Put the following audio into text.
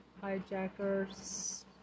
hijackers